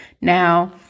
Now